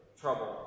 trouble